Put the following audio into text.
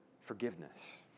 forgiveness